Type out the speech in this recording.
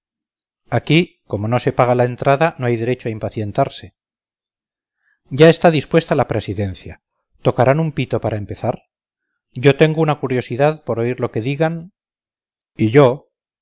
aquí como no se paga la entrada no hay derecho a impacientarse ya está dispuesta la presidencia tocarán un pito para empezar yo tengo una curiosidad por oír lo que digan y yo